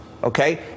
Okay